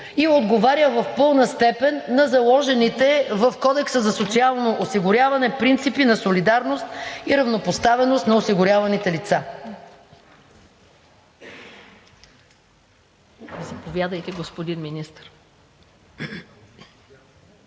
и отговаря в пълна степен на заложените в Кодекса за социално осигуряване принципи на солидарност и равнопоставеност на осигуряваните лица?